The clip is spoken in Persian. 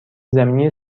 زمینی